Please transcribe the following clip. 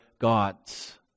gods